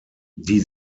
die